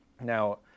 now